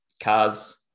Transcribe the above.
cars